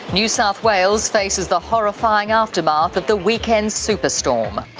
new south wales faces the horrifying aftermath of the weekend's super-storm.